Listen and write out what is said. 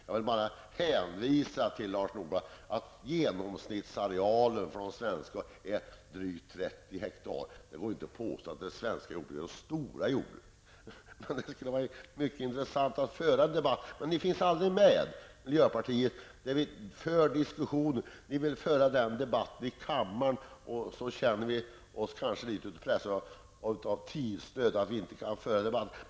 Jag vill bara säga till Lars Norberg att genomsnittsarealen för de svenska jordbruken är drygt 30 hektar. Det går inte att påstå att de svenska jordbruken är några stora jordbruk. Det skulle vara mycket intressant att föra en debatt med miljöpartisterna, men ni finns aldrig med när diskussionerna förs. Ni vill föra den debatten här i kammaren, men då känner vi andra oss pressade av tidsnöd.